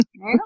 right